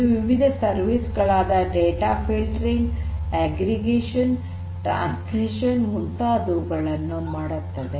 ಇದು ವಿವಿಧ ಸರ್ವಿಸ್ ಗಳಾದ ಡೇಟಾ ಫಿಲ್ಟರಿಂಗ್ ಅಗ್ರಿಗೇಷನ್ ಟ್ರಾನ್ಸ್ಲೇಷನ್ ಮುಂತಾದವುಗಳನ್ನು ಮಾಡುತ್ತದೆ